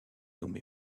nommé